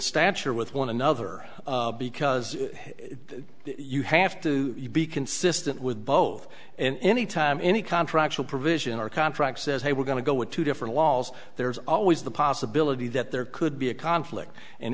stature with one another because you have to be consistent with both and any time any contracts will provision or contract says hey we're going to go with two different laws there's always the possibility that there could be a conflict and